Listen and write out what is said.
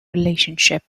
relationship